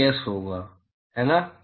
यह Ts होगा है ना